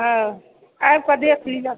आबिक देख लिअ